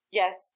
yes